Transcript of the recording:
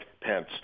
Pence